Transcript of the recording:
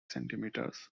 centimetres